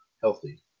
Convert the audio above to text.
healthy